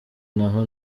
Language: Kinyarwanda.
naho